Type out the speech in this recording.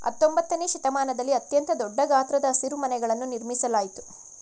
ಹತ್ತೊಂಬತ್ತನೆಯ ಶತಮಾನದಲ್ಲಿ ಅತ್ಯಂತ ದೊಡ್ಡ ಗಾತ್ರದ ಹಸಿರುಮನೆಗಳನ್ನು ನಿರ್ಮಿಸಲಾಯ್ತು